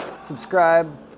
subscribe